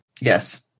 Yes